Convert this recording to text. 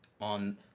on